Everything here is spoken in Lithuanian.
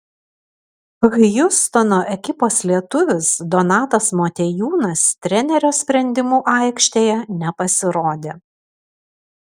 hjustono ekipos lietuvis donatas motiejūnas trenerio sprendimu aikštėje nepasirodė